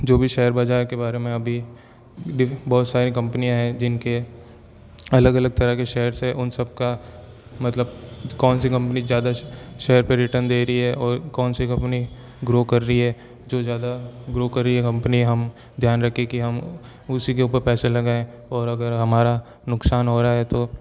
जो भी शेयर बज़ार के बारे में अभी बहुत सारी कंपनियां हैं जिनके अलग अलग तरह के शेयर्स हैं उन सबका मतलब कौनसी कंपनी ज्यादा शेयर पे रिटर्न दे रही है और कौनसी कंपनी ग्रो कर रही है जो ज़्यादा ग्रो कर रही है कंपनी हम ध्यान रखें कि हम उसी के ऊपर पैसे लगाएँ और अगर हमारा नुकसान हो रहा है तो